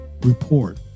report